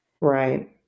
Right